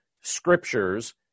scriptures